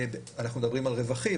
אנחנו מדברים על רווחים,